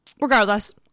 regardless